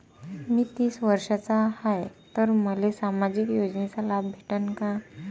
मी तीस वर्षाचा हाय तर मले सामाजिक योजनेचा लाभ भेटन का?